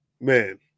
Man